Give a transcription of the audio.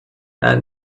and